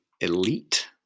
elite